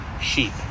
sheep